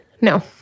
No